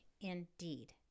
indeed